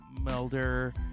Melder